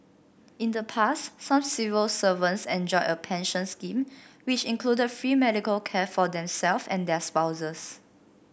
in the past some civil servants enjoyed a pension scheme which included free medical care for themselves and their spouses